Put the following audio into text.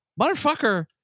motherfucker